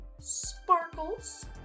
sparkles